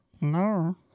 No